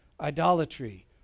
idolatry